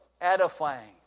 edifying